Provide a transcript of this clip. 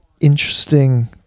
interesting